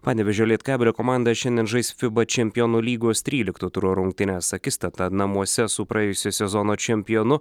panevėžio lietkabelio komanda šiandien žais fiba čempionų lygos trylikto turo rungtynes akistata namuose su praėjusio sezono čempionu